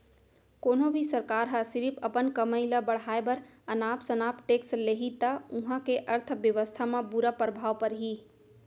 कोनो भी सरकार ह सिरिफ अपन कमई ल बड़हाए बर अनाप सनाप टेक्स लेहि त उहां के अर्थबेवस्था म बुरा परभाव परही